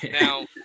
Now